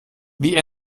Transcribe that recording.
wie